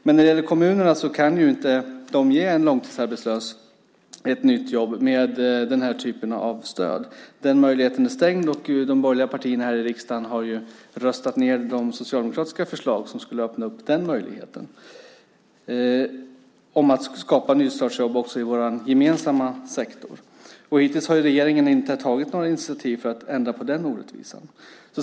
Men när det gäller kommunerna kan de inte ge en långtidsarbetslös ett nytt jobb med den här typen av stöd. Den möjligheten är stängd. De borgerliga partierna här i riksdagen har röstat ned de socialdemokratiska förslag om att skapa nystartsjobb också i vår gemensamma sektor som skulle öppna upp den möjligheten. Hittills har regeringen inte tagit några initiativ för att ändra på den orättvisan.